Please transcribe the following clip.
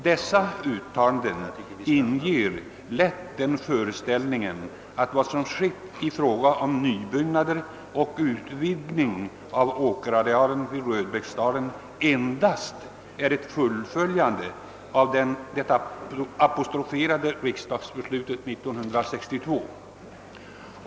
Dessa uttalanden inger lätt den föreställningen att vad som skett i fråga om nybyggnader och utvidgning av åkerarealen vid Röbäcksdalen endast är ett fullföljande av riksdagsbeslutet 1962.